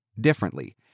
differently